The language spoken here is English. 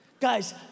Guys